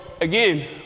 again